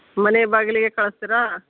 ಮನೆ ಬಾಗಿಲಿಗೆ ಕಳಿಸ್ತೀರಾ